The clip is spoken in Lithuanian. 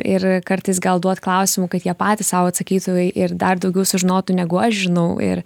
ir kartais gal duot klausimų kad jie patys sau atsakytų ir dar daugiau sužinotų negu aš žinau ir